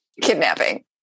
kidnapping